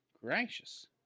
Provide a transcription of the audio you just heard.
gracious